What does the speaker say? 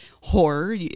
horror